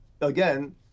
Again